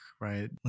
right